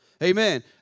Amen